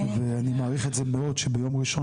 ואני מעריך את זה מאוד שביום ראשון